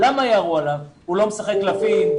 הוא לא משחק קלפים,